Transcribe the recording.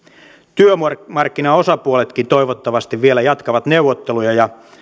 työmarkkinaosapuoletkin toivottavasti vielä jatkavat neuvotteluja ja